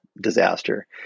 disaster